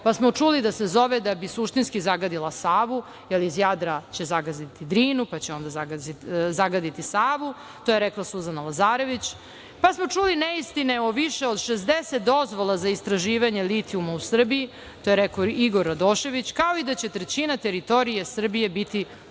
pa smo čuli da se zove da bi suštinski zagadila Savu jer iz Jadra će zagaditi Drinu, pa će onda zagaditi Savu. To je rekla Suzana Lazarević. Pa smo čuli neistine o više od 60 dozvola za istraživanje litijuma u Srbiji. To je rekao Igor Radošević, kao i da će trećina teritorije Srbije biti raskopana. Na